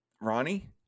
Ronnie